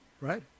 right